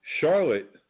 Charlotte